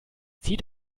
zieht